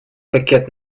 пакет